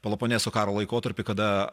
peloponeso karo laikotarpį kada